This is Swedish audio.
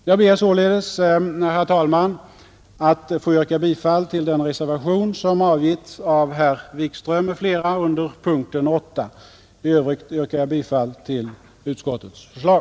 Jag ber således, herr talman, att få yrka bifall till den reservation som avgetts av herr Wikström m.fl. under punkten 8. I övrigt yrkar jag bifall till utskottets hemställan.